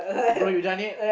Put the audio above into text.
bro you done yet